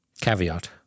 Caveat